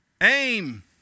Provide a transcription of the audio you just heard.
aim